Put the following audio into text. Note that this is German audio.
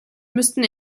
müssten